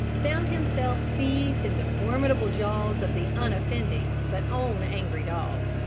found himself seized in the formidable jaws of the unoffending but own angry dog.